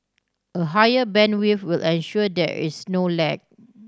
a higher bandwidth will ensure there is no lag